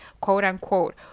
quote-unquote